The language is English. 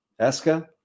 Eska